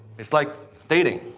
its like dating.